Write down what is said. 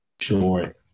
Sure